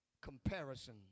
Comparison